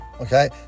Okay